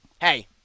hey